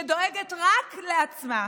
שדואגת רק לעצמה.